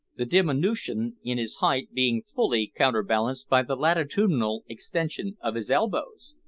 the diminution in his height being fully counterbalanced by the latitudinal extension of his elbows!